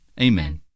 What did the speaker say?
Amen